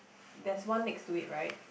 there's one next to it right